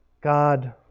God